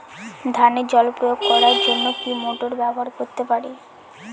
ধানে জল প্রয়োগ করার জন্য কি মোটর ব্যবহার করতে পারি?